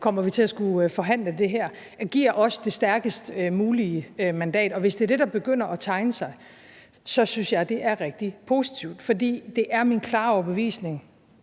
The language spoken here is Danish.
kommer sikkert til at skulle forhandle det her hen over juli måned – det stærkest mulige mandat, og hvis det er det, der begynder at tegne sig, synes jeg, det er rigtig positivt. For det er min klare overbevisning,